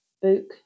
Book